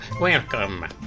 Welcome